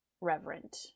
reverent